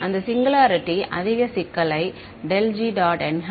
அந்த சிங்குலாரிட்டி அதிக சிக்கலை ∇g